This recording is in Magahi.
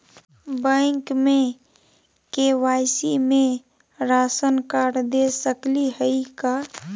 बैंक में के.वाई.सी में राशन कार्ड दे सकली हई का?